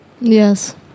yes